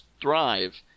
thrive